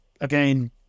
again